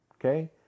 Okay